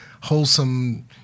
wholesome